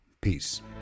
peace